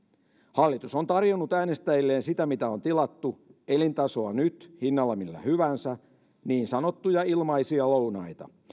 hallitus on tarjonnut äänestäjilleen sitä mitä on tilattu elintasoa nyt hinnalla millä hyvänsä niin sanottuja ilmaisia lounaita